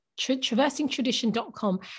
TraversingTradition.com